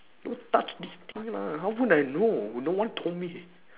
don't touch this thing lah how would I know no one told me